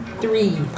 Three